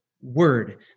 Word